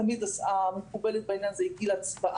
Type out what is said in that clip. תמיד מקובלת בעניין הזה היא גיל הצבעה.